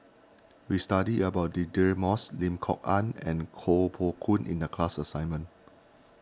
we studied about Deirdre Moss Lim Kok Ann and Koh Poh Koon in the class assignment